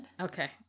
Okay